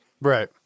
right